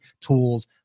tools